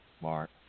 Mark